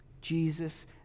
Jesus